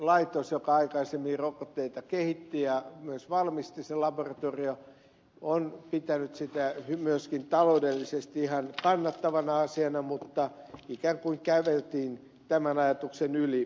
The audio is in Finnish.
kansanterveyslaitos joka aikaisemmin rokotteita kehitti ja sen laboratorio myös valmisti on pitänyt sitä myöskin taloudellisesti ihan kannattavana asiana mutta ikään kuin käveltiin tämän ajatuksen yli